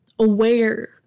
aware